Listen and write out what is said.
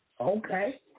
Okay